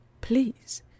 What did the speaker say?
please